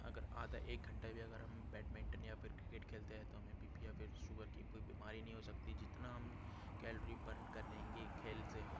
अगर आधा एक घंटा भी अगर हम बैडमिंटन या फिर क्रिकेट खेलते हैं तो हमें बी पी या फिर शुगर की कोई बीमारी नहीं हो सकती जितना हम कैलॉरी बर्न कर लेंगे खेल से